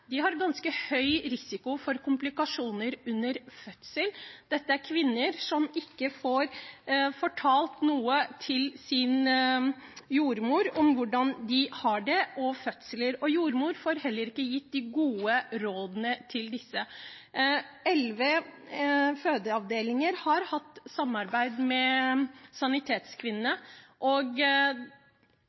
har ganske høy risiko for komplikasjoner under fødsel. Dette er kvinner som ikke får fortalt noe til sin jordmor om hvordan de har det i fødsel. Jordmoren får heller ikke gitt de gode rådene til disse. Elleve fødeavdelinger har hatt samarbeid med Sanitetskvinnene, og